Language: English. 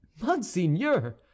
monseigneur